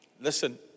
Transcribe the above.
Listen